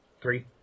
Three